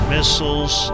Missiles